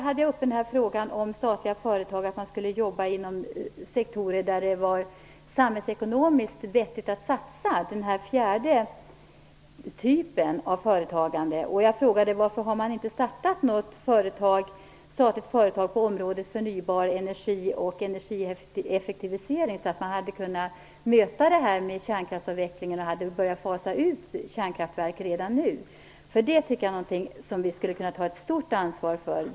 Jag tog upp frågan om statliga företag och att man skulle jobba inom sektorer där det var samhällsekonomiskt vettigt att satsa på den fjärde typen av företagande. Jag frågade varför man inte har startat något statligt företag på området förnybar energi och energieffektivisering. Då hade man kunnat möta kärnkraftsavvecklingen och redan nu kunnat börja fasa ut kärnkraftverk. Detta tycker jag är någonting som vi skulle kunna ta ett stort ansvar för.